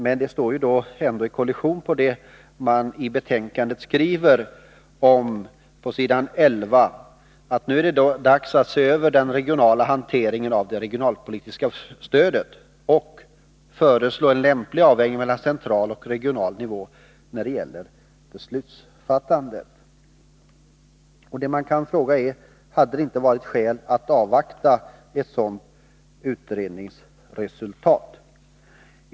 Men detta står då i motsättning till vad man skriver på s. 11 i betänkandet, nämligen att det nu är dags att se över den regionala hanteringen av det regionala stödet och föreslå en lämplig avvägning mellan central och regional nivå när det gäller beslutsfattandet. Man kan då fråga: Hade det inte varit skäl att avvakta ett sådant utredningsresultat?